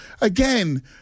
Again